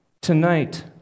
tonight